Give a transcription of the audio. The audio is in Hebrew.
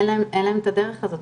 אין להם את הדרך הזאת.